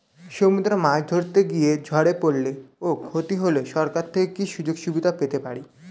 সমুদ্রে মাছ ধরতে গিয়ে ঝড়ে পরলে ও ক্ষতি হলে সরকার থেকে কি সুযোগ সুবিধা পেতে পারি?